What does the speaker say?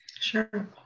Sure